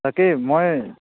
তাকেই মই